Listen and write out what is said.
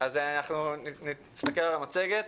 אנחנו נסתכל על המצגת.